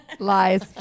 Lies